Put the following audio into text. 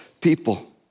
people